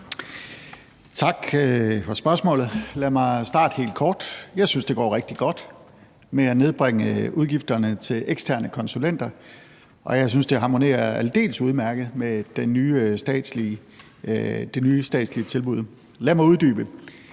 Tak for spørgsmålet. Lad mig starte helt kort: Jeg synes, det går rigtig godt med at nedbringe udgifterne til eksterne konsulenter, og jeg synes, det harmonerer aldeles udmærket med det nye statslige tilbud. Lad mig uddybe: